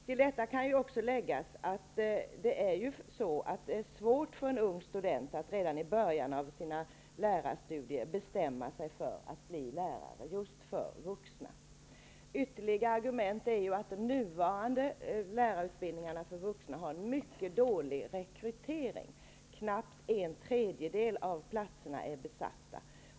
Till detta kan också läggas att det är svårt för en ung student att redan i början av sina lärarstudier bestämma sig för att bli lärare just för vuxna. Ytterligare argument är att de nuvarande lärarutbildningarna för vuxna har en mycket dålig rekrytering. Knappt en tredjedel av platserna är besatta.